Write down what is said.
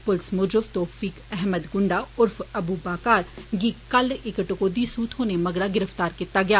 पुलस मूजब तौसीफ अहमद गुंडा उर्फ अबू बकार गी कल इक टकोह्दी सूह थ्होने मगरा गिरफ्तार कीता गेआ